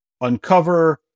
uncover